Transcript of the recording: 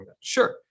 Sure